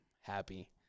happy